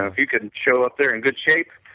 ah you couldn't show up there in good shape,